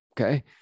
okay